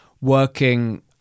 working